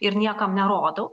ir niekam nerodau